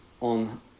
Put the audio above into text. on